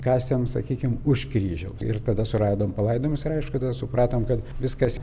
kasėm sakykim už kryžiaus ir tada suradom palaidojimus ir aišku tada supratom kad viskas